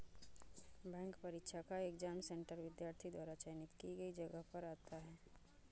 bank परीक्षा का exam centre विद्यार्थी द्वारा चयनित की गई जगह पर आता है